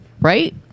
Right